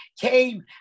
came